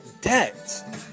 debt